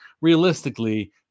realistically